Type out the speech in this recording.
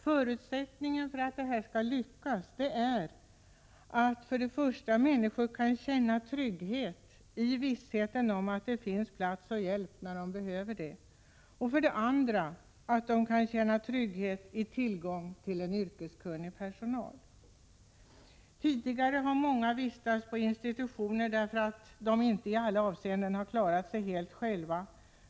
Förutsättningar för att det hela skall lyckas är för det första att människor kan känna trygghet i vissheten om att det finns plats och hjälp när de behöver det och för det andra att de kan känna trygghet i att det finns tillgång till yrkeskunnig personal. Tidigare har många vistats på institutioner därför att de inte i alla avseenden har klarat sig helt själva.